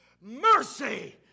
mercy